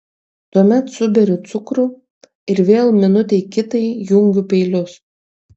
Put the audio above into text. tuomet suberiu cukrų ir vėl minutei kitai jungiu peilius